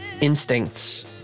instincts